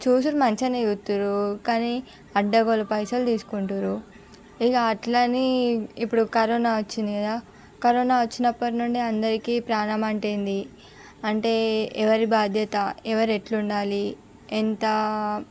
చూసుడు మంచిగానే చూస్తారు కానీ అడ్డగోలు పైసలు తీసుకుంటుర్రు ఇక అట్లని ఇప్పుడు కరోనా వచ్చింది కదా కరోనా వచ్చినప్పటి నుండి అందరికీ ప్రాణం అంటే ఏంది అంటే ఎవరి బాధ్యత ఎవరు ఎట్లుండాలి ఎంత